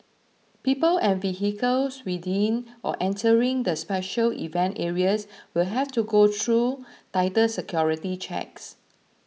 people and vehicles within or entering the special event areas will have to go through tighter security checks